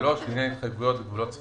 (היו"ר ינון אזולאי,